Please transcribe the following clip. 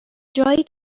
جایی